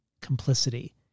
complicity